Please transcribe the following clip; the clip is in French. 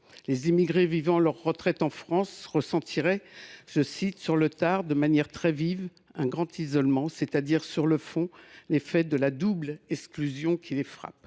Les immigrés vivant leur retraite en France ressentiraient « sur le tard, de manière très vive, leur isolement, c’est à dire, au fond, les effets de la double exclusion qui les frappe